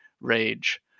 Rage